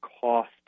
cost